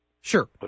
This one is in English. Sure